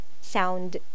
sound